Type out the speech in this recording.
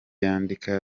yandika